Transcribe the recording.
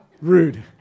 rude